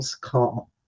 call